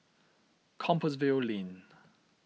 Compassvale Lane